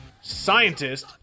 scientist